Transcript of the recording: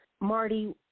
Marty